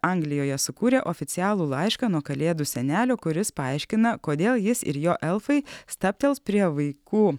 anglijoje sukūrė oficialų laišką nuo kalėdų senelio kuris paaiškina kodėl jis ir jo elfai stabtels prie vaikų